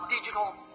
digital